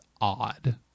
odd